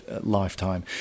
lifetime